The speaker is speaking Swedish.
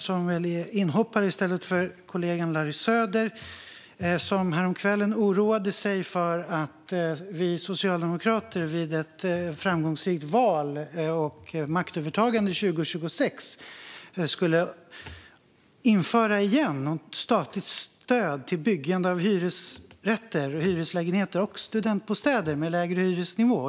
Han är väl inhoppare i stället för kollegan Larry Söder, som häromkvällen oroade sig för att vi socialdemokrater vid ett framgångsrikt val och maktövertagande 2026 skulle återinföra ett statligt stöd till byggande av hyresrätter och studentbostäder med lägre hyresnivå.